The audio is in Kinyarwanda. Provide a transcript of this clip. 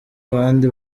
abandi